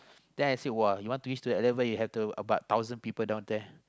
then I say !wah! you want to reach to that level you have to what thousand people down there